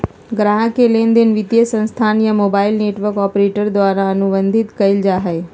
ग्राहक के लेनदेन वित्तीय संस्थान या मोबाइल नेटवर्क ऑपरेटर द्वारा अनुबंधित कइल जा हइ